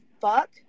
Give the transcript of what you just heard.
fuck